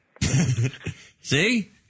See